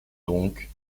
donc